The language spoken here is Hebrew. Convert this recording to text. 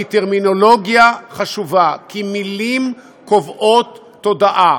כי טרמינולוגיה חשובה, כי מילים קובעות תודעה.